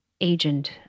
agent